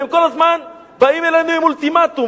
והם כל הזמן באים אלינו עם אולטימטום,